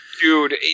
Dude